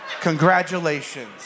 Congratulations